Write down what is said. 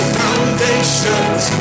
foundations